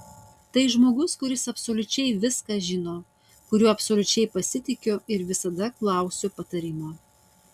tai žmogus kuris absoliučiai viską žino kuriuo absoliučiai pasitikiu ir visada klausiu patarimo